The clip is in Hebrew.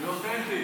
חבר הכנסת שיין.